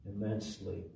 immensely